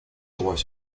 droits